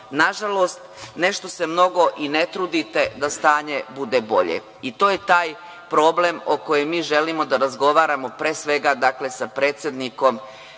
nažalost nešto se mnogo i ne trudite da stanje bude bolje. To je taj problem o kojem mi želimo da razgovaramo pre svega sa predsednikom